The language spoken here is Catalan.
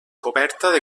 coberta